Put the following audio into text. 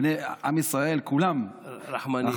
עם ישראל כולם, רחמנים.